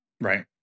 Right